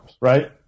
right